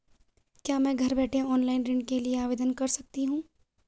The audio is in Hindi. क्या मैं घर बैठे ऑनलाइन ऋण के लिए आवेदन कर सकती हूँ?